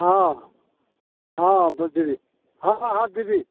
हँ हँ बोलिऔ दीदी हँ हँ दीदी